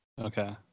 Okay